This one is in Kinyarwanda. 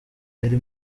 yari